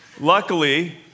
Luckily